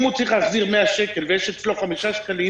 אם הוא צריך להחזיר 100 שקל ויש אצלו 5 שקלים